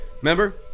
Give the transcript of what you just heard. remember